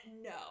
No